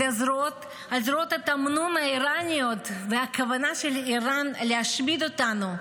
על זרועות התמנון האיראניות והכוונה של איראן להשמיד אותנו,